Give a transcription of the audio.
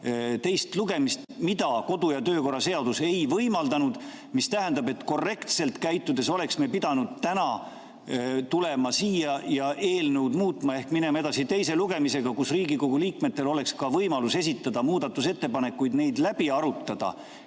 teist lugemist, mida kodu- ja töökorra seadus ei võimaldanud. See tähendab, et korrektselt käitudes oleksime me pidanud täna tulema siia ja eelnõu muutma ehk minema edasi teise lugemisega, nii et Riigikogu liikmetel oleks ka võimalus esitada muudatusettepanekuid, neid läbi arutada